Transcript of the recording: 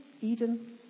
Eden